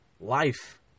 life